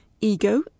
ego